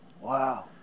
Wow